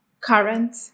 current